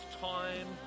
time